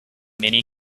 many